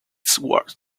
sword